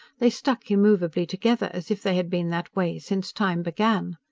they stuck immovably together as if they had been that way since time began.